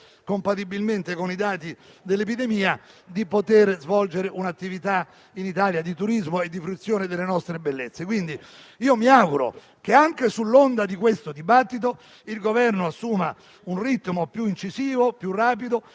compatibilmente con i dati dell'epidemia, di svolgere in Italia un'attività di turismo e di fruizione delle nostre bellezze. Quindi mi auguro che, anche sull'onda di questo dibattito, il Governo assuma un ritmo più incisivo e più rapido